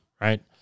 right